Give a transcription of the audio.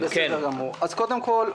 קודם כול,